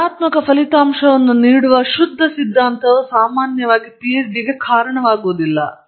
ಋಣಾತ್ಮಕ ಫಲಿತಾಂಶವನ್ನು ನೀಡುವ ಶುದ್ಧ ಸಿದ್ಧಾಂತವು ಸಾಮಾನ್ಯವಾಗಿ ಪಿಎಚ್ಡಿಗೆ ಕಾರಣವಾಗುವುದಿಲ್ಲ